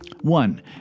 one